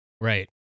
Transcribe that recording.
Right